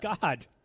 God